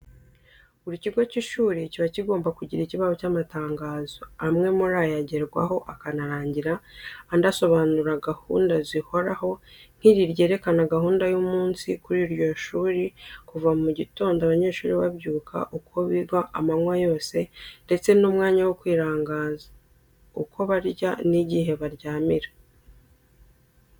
Buri kigo cy'ishuri kiba kigomba kugira ikibaho cy'amatangazo, amwe muri yo agerwaho akanarangira, andi asobanura gahunda zihoraho, nk'iri ryerekana gahunda y'umunsi kuri iryo shuri kuva mu gitondo abanyeshuri babyuka, uko biga amanywa yose, ndetse n'umwanya wo kwirangaza, uko barya n'igihe baryamira.